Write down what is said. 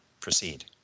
proceed